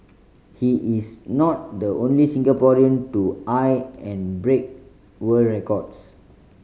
he is not the only Singaporean to eye and break world records